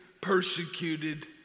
persecuted